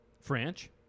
French